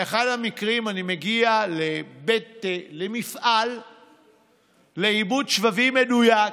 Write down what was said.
באחד המקרים אני מגיע למפעל לעיבוד שבבים מדויק,